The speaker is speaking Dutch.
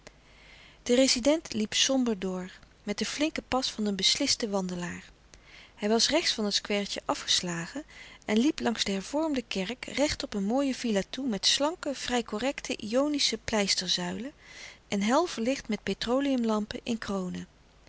de rezident liep somber door met den flinken pas van een beslisten wandelaar hij was rechts van het square tje afgeslagen en liep langs de hervormde kerk recht op een mooie villa toe met slanke vrij correcte ionische pleisterzuilen en hel verlicht met petroleumlampen in kronen